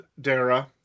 Dara